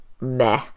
meh